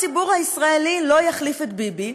שלעולם הציבור הישראלי לא יחליף את ביבי,